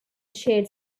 chaired